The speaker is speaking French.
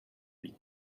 lui